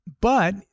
But-